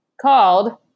called